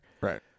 right